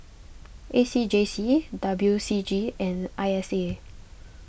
A C J C W C G and I S A